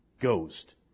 ghost